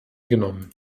genommen